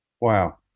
Wow